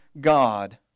God